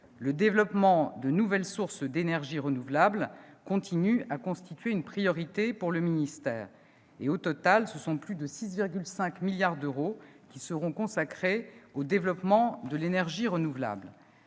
le développement de nouvelles sources d'énergie renouvelable continue à constituer une priorité pour le ministère. Au total, plus de 6,5 milliards d'euros seront consacrés au développement de l'énergie renouvelable.